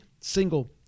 single